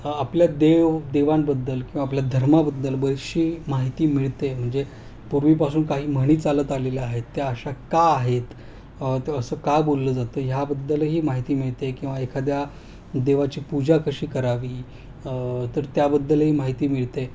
आपल्या देव देवांबद्दल किंवा आपल्या धर्माबद्दल बरीचशी माहिती मिळते म्हणजे पूर्वीपासून काही म्हणी चालत आलेल्या आहेत त्या अशा का आहेत असं का बोललं जातं ह्याबद्दलही माहिती मिळते किंवा एखाद्या देवाची पूजा कशी करावी तर त्याबद्दलही माहिती मिळते